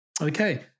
Okay